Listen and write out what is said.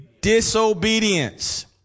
disobedience